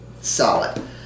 solid